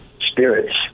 spirits